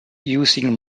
using